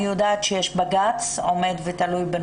אני יודעת שיש בג"ץ תלוי ועומד בנושא,